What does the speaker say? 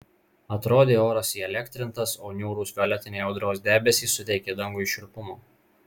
atrodė oras įelektrintas o niūrūs violetiniai audros debesys suteikė dangui šiurpumo